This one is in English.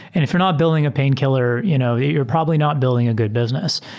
and if you're not building a painkiller, you know you're probably not building a good business.